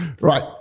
Right